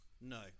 No